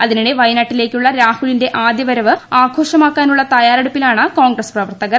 അതിനിടെ വയനാട്ടിലേക്കുള്ള രാഹുലിന്റെ ആദ്യവരവ് ആഘോഷമാക്കാനുള്ള തയാറെടുപ്പിലാണു കോൺഗ്രസ് പ്രവർത്തകർ